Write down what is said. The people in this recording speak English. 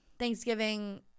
Thanksgiving